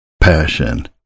Passion